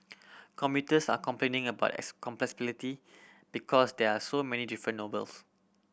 commuters are complaining about because there are so many different